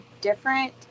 different